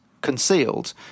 concealed